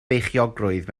beichiogrwydd